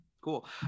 cool